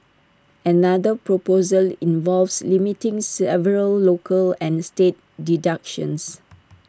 another proposal involves limiting several local and state deductions